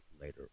later